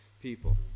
people